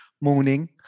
morning